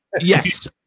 Yes